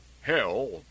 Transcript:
hell